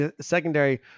secondary